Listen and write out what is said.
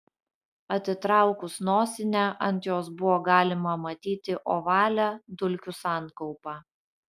atitraukus nosinę ant jos buvo galima matyti ovalią dulkių sankaupą